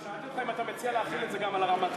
אני שאלתי אותך אם אתה מציע להחיל את זה גם על הרמטכ"ל,